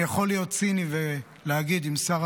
אני יכול להיות ציני ולהגיד שאם לשר